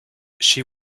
she